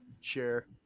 share